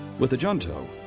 with the junto,